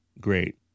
great